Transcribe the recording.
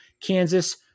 Kansas